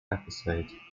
episode